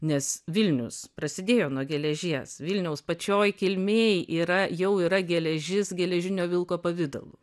nes vilnius prasidėjo nuo geležies vilniaus pačioj kilmėj yra jau yra geležis geležinio vilko pavidalu